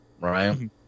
right